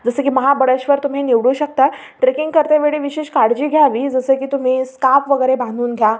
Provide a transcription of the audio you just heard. जसं की महाबळेश्वर तुम्ही निवडू शकता ट्रेकिंग करतेवेळी विशेष काळजी घ्यावी जसं की तुम्ही स्कार्प वगैरे बांधून घ्या